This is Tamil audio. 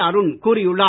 அருண் கூறியுள்ளார்